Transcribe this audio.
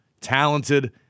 talented